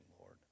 Lord